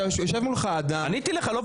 עניתי לך.